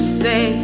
say